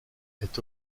est